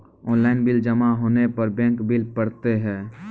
Online bill जमा होने पर बैंक बिल पड़तैत हैं?